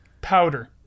powder